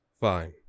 Fine